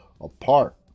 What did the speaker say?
apart